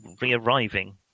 re-arriving